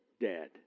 dead